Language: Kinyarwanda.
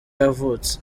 yavutse